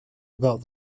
about